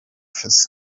his